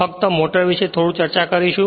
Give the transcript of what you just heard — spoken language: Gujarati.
ફક્ત મોટર વિશે થોડું ચર્ચા કરીશું